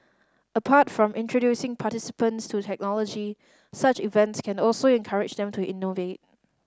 apart from introducing participants to technology such events can also encourage them to innovate